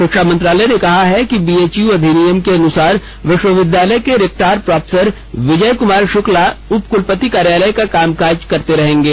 शिक्षा मंत्रालय ने कहा है कि बीएचयू अधिनियम के अनुसार विश्वविद्यालय के रेक्टार प्रोफेसर विजय कुमार शुक्ला उपकुलपति कार्यालय का काम काज करते रहेंगे